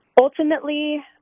ultimately